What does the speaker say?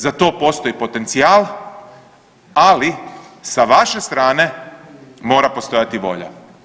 Za to postoji potencijal, ali sa vaše strane mora postojati volja.